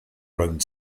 round